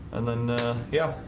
and then yeah,